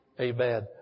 Amen